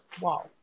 Wow